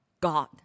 God